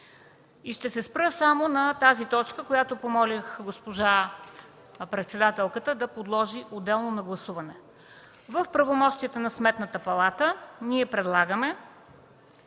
Ще се спра само на тази точка, за която помолих госпожа председателката да подложи отделно на гласуване. В правомощията на Сметната палата ние предлагаме